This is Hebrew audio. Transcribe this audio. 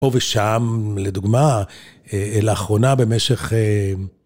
פה ושם, לדוגמה, לאחרונה במשך...